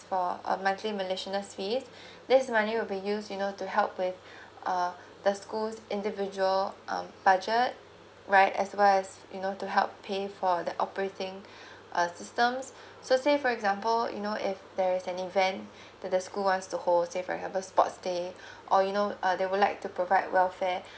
for uh monthly management fee this money will be used you know to help with uh the school's individual um budget right as well as you know to help pay for the operating uh systems so say for example you know if there is any event to the school want to host say for example sports day or you know uh they would like to provide welfare